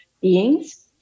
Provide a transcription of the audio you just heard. beings